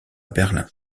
berlin